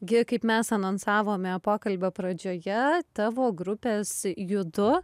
gi kaip mes anonsavome pokalbio pradžioje tavo grupės judu